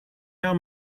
how